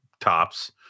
tops